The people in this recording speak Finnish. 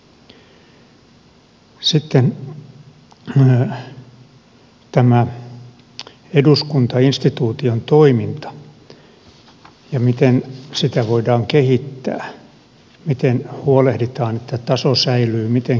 sitten tämä eduskuntainstituution toiminta ja se miten sitä voidaan kehittää miten huolehditaan että taso säilyy miten kehitetään